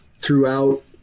throughout